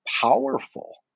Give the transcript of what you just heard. powerful